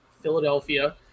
Philadelphia